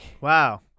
Wow